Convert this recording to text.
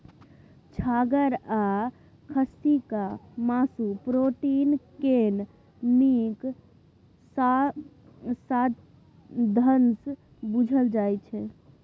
छागर आ खस्सीक मासु प्रोटीन केर नीक साधंश बुझल जाइ छै